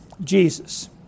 Jesus